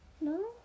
No